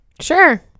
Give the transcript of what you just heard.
sure